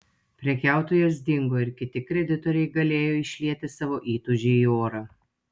prekiautojas dingo ir kiti kreditoriai galėjo išlieti savo įtūžį į orą